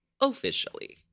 officially